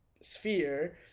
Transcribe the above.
sphere